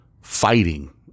fighting